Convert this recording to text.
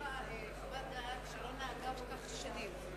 חוות דעת, שלא נהגה כך שנים.